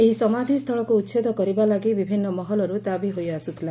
ଏହି ସମାଧ୍ ସ୍ଚଳକୁ ଉଛେଦ କରିବା ଲାଗି ବିଭିନ୍ନ ମହଲରୁ ଦାବି ହୋଇଆସୁଥିଲା